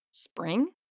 Spring